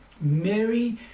Mary